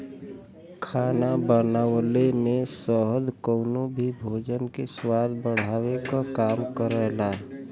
खाना बनवले में शहद कउनो भी भोजन के स्वाद बढ़ावे क काम करला